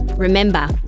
Remember